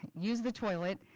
use the toilet,